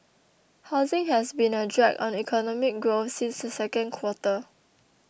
housing has been a drag on economic growth since the second quarter